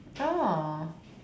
oh